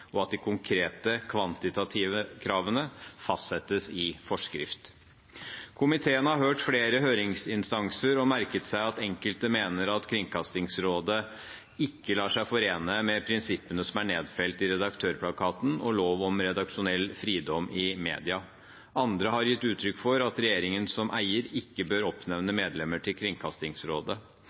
og at de konkrete kvantitative kravene fastsettes i forskrift. Komiteen har hørt flere høringsinstanser og merket seg at enkelte mener at Kringkastingsrådet ikke lar seg forene med prinsippene som er nedfelt i Redaktørplakaten og lov om redaksjonell fridom i media. Andre har gitt uttrykk for at regjeringen som eier ikke bør oppnevne medlemmer til Kringkastingsrådet.